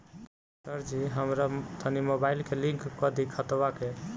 सरजी हमरा तनी मोबाइल से लिंक कदी खतबा के